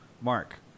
Mark